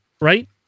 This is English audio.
right